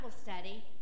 study